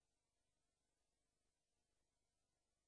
רמת האשראי, 1.5%